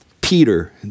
Peter